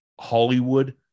Hollywood